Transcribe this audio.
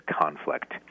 conflict